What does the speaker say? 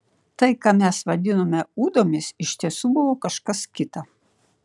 tai ką mes vadinome ūdomis iš tiesų buvo kažkas kita